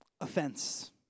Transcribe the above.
Offense